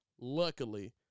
luckily